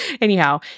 anyhow